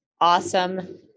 Awesome